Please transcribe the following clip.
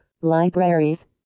libraries